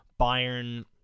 Bayern